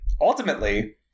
ultimately